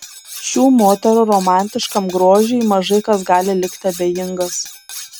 šių moterų romantiškam grožiui mažai kas gali likti abejingas